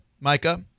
Micah